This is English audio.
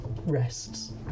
Rests